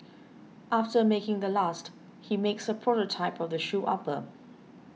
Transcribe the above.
after making the last he makes a prototype of the shoe upper